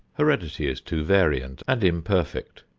heredity is too variant and imperfect,